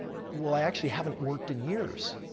well, i actually haven't worked in years.